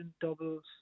doubles